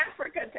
Africa